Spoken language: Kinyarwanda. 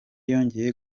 yongeye